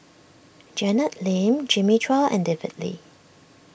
Janet Lim Jimmy Chua and David Lee